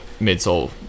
midsole